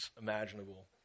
imaginable